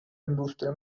indústria